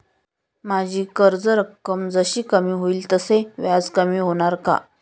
माझी कर्ज रक्कम जशी कमी होईल तसे व्याज कमी होणार का?